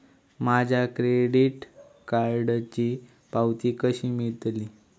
माझ्या क्रेडीट कार्डची पावती कशी मिळतली?